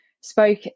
spoke